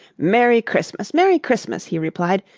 merry christmas, merry christmas! he replied.